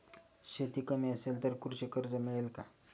शेती कमी असेल तर कृषी कर्ज मिळेल का?